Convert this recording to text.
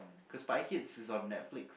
cause Spy-Kids is on netflix